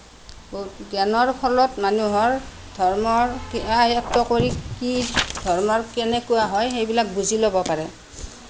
জ্ঞানৰ ফলত মানুহৰ ধৰ্মৰ আয়ত্ত কৰি কি ধৰ্মৰ কেনেকুৱা হয় সেইবিলাক বুজি ল'ব পাৰে